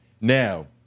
Now